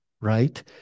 right